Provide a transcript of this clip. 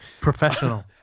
Professional